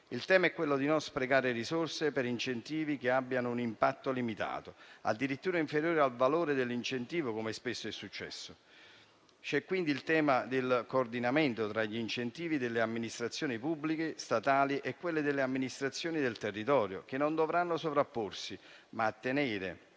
Il tema è non sprecare risorse per incentivi che abbiano un impatto limitato, addirittura inferiore al valore dell'incentivo, come spesso è successo. C'è quindi il tema del coordinamento tra gli incentivi delle amministrazioni pubbliche statali e quelle delle amministrazioni del territorio, che dovranno non sovrapporsi, ma ottenere